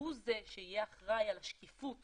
הוא זה שיהיה אחראי על השקיפות